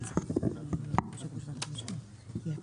אפשר להגיד ש-30 אחוז מהסניפים שלנו